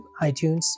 iTunes